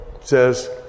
says